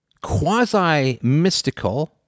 quasi-mystical